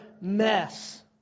mess